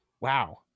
Wow